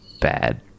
bad